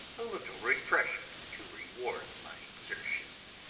a little refreshment to reward my exertions.